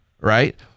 right